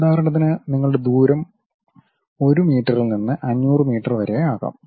ഉദാഹരണത്തിന് നിങ്ങളുടെ ദൂരം 1 മീറ്ററിൽ നിന്ന് 500 മീറ്റർ വരെ ആകാം